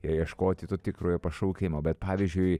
ieškoti to tikrojo pašaukimo bet pavyzdžiui